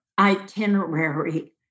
itinerary